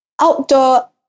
outdoor